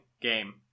game